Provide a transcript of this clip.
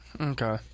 Okay